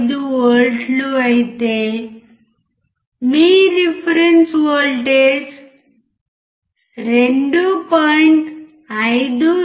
525 వోల్ట్లు అయితే మీ రిఫరెన్స్ వోల్టేజ్ 2